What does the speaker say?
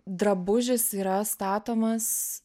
drabužis yra statomas